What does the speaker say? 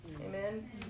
Amen